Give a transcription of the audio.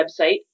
website